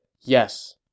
Yes